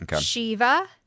Shiva